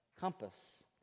compass